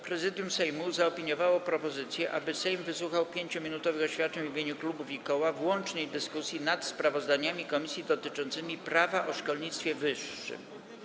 Prezydium Sejmu zaopiniowało propozycję, aby Sejm wysłuchał 5-minutowych oświadczeń w imieniu klubów i koła w łącznej dyskusji nad sprawozdaniami komisji dotyczącymi Prawa o szkolnictwie wyższym.